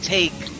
Take